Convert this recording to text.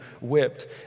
whipped